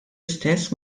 istess